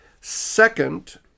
Second